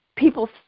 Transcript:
people